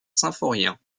symphorien